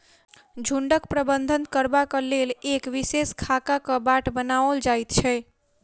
झुंडक प्रबंधन करबाक लेल एक विशेष खाकाक बाट बनाओल जाइत छै